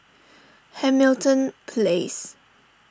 Hamilton Place